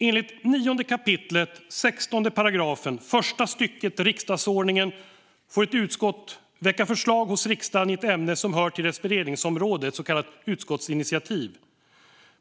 Enligt 9 kap. 16 § första stycket riksdagsordningen får ett utskott väcka förslag hos riksdagen i ett ämne som hör till dess beredningsområde, ett så kallat utskottsinitiativ.